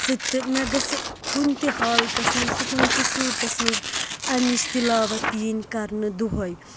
سٍتۍ تہٕ مےٚ گَژھِ کُنہِ تہِ حالتَس منٛز تہٕ کُنہِ تہِ صوٗرتَس منٛز اَمِچ تِلاوَت یِنۍ کَرنہٕ دۄہَے